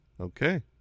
Okay